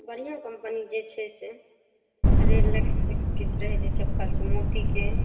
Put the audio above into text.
बढ़िआँ कम्पनी जे छै से रिलेक्सोके रहय छै चप्पल मोतीके